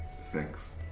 Thanks